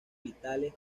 vitales